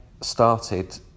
started